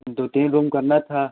दो तीन रूम करना था